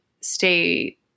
stay